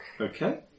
Okay